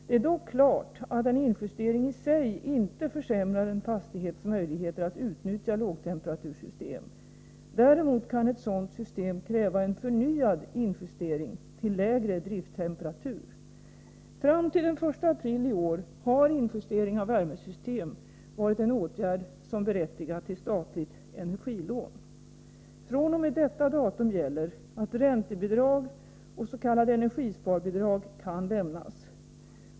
Det är dock klart att en injustering i sig inte försämrar en fastighets möjligheter att utnyttja lågtemperatursystem. Däremot kan ett sådant system kräva en förnyad injustering till lägre drifttemperatur. Fram till den 1 april i år har injustering av värmesystem varit en åtgärd som berättigat till statligt energilån. fr.o.m. detta datum gäller att räntebidrag och s.k. energisparbidrag kan lämnas.